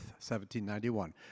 1791